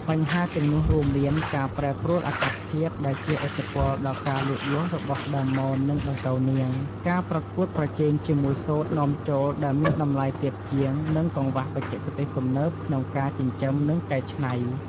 បញ្ហាទាំងនោះរួមមានការប្រែប្រួលអាកាសធាតុដែលជះឥទ្ធិពលដល់ការលូតលាស់របស់ដើមមននិងដង្កូវនាង ការប្រកួតប្រជែងជាមួយសូត្រនាំចូលដែលមានតម្លៃទាបជាង និងកង្វះបច្ចេកទេសទំនើបក្នុងការចិញ្ចឹម និងកែច្នៃ។